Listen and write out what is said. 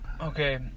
Okay